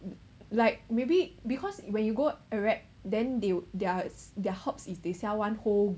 like maybe because when you go Iraq then they their their hops is they sell one whole